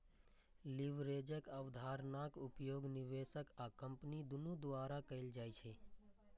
लीवरेजक अवधारणाक उपयोग निवेशक आ कंपनी दुनू द्वारा कैल जाइ छै